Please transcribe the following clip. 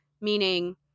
Meaning